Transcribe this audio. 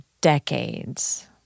decades